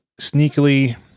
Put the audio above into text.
sneakily